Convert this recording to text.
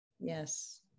yes